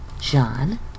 John